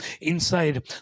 inside